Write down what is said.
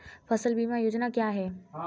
फसल बीमा योजना क्या है?